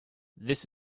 this